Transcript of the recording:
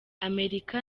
amerika